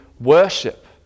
worship